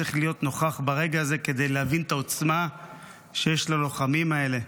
צריך להיות נוכח ברגע הזה כדי להבין את העוצמה שיש ללוחמים האלה.